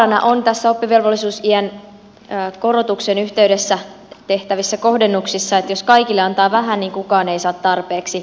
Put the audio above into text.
vaarana on näissä oppivelvollisuusiän korotuksen yhteydessä tehtävissä kohdennuksissa että jos kaikille antaa vähän niin kukaan ei saa tarpeeksi